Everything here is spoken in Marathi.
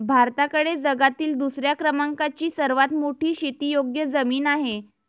भारताकडे जगातील दुसऱ्या क्रमांकाची सर्वात मोठी शेतीयोग्य जमीन आहे